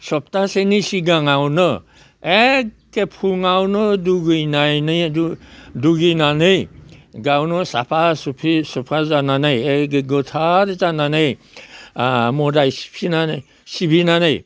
सबथाहसेनि सिगाङावनो एक्के फुङावनो दुगैनानै दुगैनानै गावनो साफा सुफि सुफा जानानै एखे गोथार जानानै मोदाय सिफिनानै सिबिनानै